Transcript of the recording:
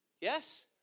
Yes